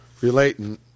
relating